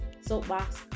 soapbox